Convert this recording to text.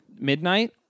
Midnight